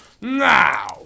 now